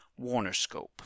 Warnerscope